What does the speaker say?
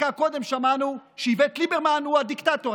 דקה קודם שמענו שאיווט ליברמן הוא הדיקטטור,